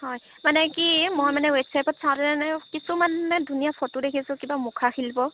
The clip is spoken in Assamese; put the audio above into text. হয় মানে কি মই মানে ৱেবছাইটত চাওতেনে কিছুমান ধুনীয়া মানে ফটো দেখিছোঁ কিবা মুখা শিল্প